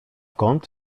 kąt